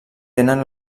tenen